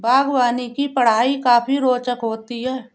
बागवानी की पढ़ाई काफी रोचक होती है